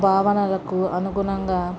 భావనలకు అనుగుణంగా